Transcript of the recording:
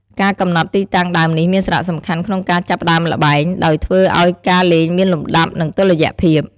ការកំណត់ទីតាំងដើមនេះមានសារៈសំខាន់ក្នុងការចាប់ផ្តើមល្បែង ដោយធ្វើឲ្យការលេងមានលំដាប់ និងតុល្យភាព។